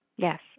Yes